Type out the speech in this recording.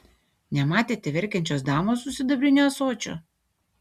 nematėte verkiančios damos su sidabriniu ąsočiu